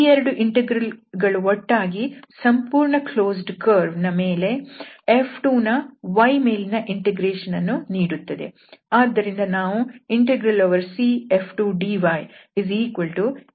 ಈ ಎರಡು ಇಂಟೆಗ್ರಲ್ ಗಳು ಒಟ್ಟಾಗಿ ಸಂಪೂರ್ಣ ಕ್ಲೋಸ್ಡ್ ಕರ್ವ್ ನ ಮೇಲೆ F2ನ y ಮೇಲಿನ ಇಂಟಿಗ್ರೇಷನ್ ಅನ್ನು ನೀಡುತ್ತದೆ